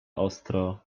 ostro